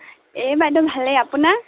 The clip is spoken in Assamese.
এই বাইদেউ ভালেই আপোনাৰ